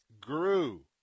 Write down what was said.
grew